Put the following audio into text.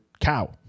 cow